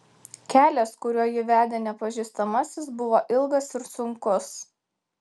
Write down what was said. kelias kuriuo jį vedė nepažįstamasis buvo ilgas ir sunkus